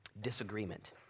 disagreement